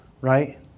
right